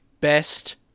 best